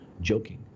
joking